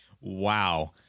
Wow